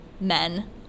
men